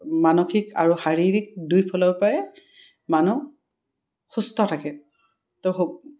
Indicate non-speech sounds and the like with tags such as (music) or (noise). মানসিক আৰু শাৰীৰিক দুইফালৰপৰাই মানুহ সুস্থ থাকে ত' (unintelligible)